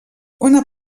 una